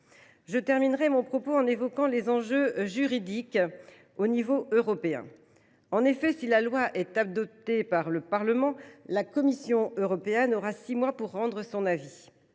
Je terminerai mon propos en évoquant les enjeux juridiques au niveau européen. En effet, si ce texte était adopté par le Parlement, la Commission européenne devrait rendre son avis